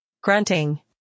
grunting